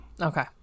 Okay